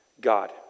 God